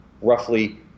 roughly